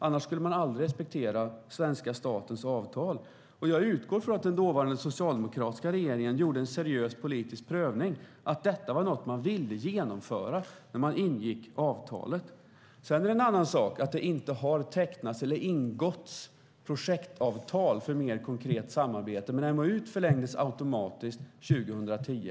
Annars skulle man aldrig respektera svenska statens avtal. Jag utgår från att den dåvarande socialdemokratiska regeringen gjorde en seriös politisk prövning, att detta var något man ville genomföra när man ingick avtalet. Det är en annan sak att det inte har tecknats eller ingåtts projektavtal för mer konkret samarbete. Men MoU:et förlängdes automatiskt 2010.